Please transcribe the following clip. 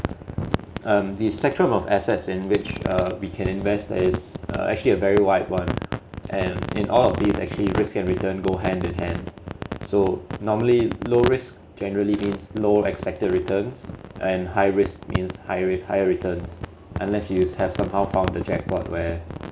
um the spectrum of assets in which uh we can invest is uh actually a very wide one and in all of these actually risk and return go hand in hand so normally low risk generally means low expected returns and high risk means high rate higher returns unless you'd have somehow found the jackpot where